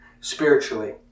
spiritually